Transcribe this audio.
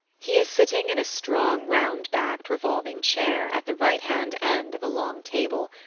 he is sitting in a strong round backed revolving chair at the right hand end of a long table,